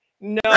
No